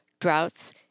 droughts